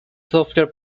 software